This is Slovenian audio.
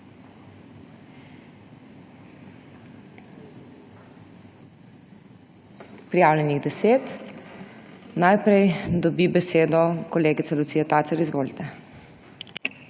Prijavljenih je 10. Najprej dobi besedo kolegica Lucija Tacer. Izvolite.